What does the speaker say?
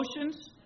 emotions